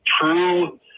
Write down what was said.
true